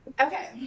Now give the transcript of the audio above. okay